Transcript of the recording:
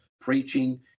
preaching